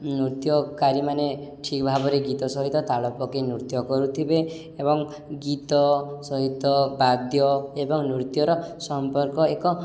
ନୃତ୍ୟକାରୀମାନେ ଠିକ୍ ଭାବରେ ଗୀତ ସହିତ ତାଳ ପକେଇ ନୃତ୍ୟ କରୁଥିବେ ଏବଂ ଗୀତ ସହିତ ବାଦ୍ୟ ଏବଂ ନୃତ୍ୟର ସମ୍ପର୍କ ଏକ